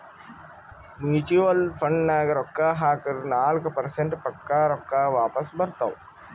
mutual ಫಂಡ್ನಾಗ್ ರೊಕ್ಕಾ ಹಾಕುರ್ ನಾಲ್ಕ ಪರ್ಸೆಂಟ್ರೆ ಪಕ್ಕಾ ರೊಕ್ಕಾ ವಾಪಸ್ ಬರ್ತಾವ್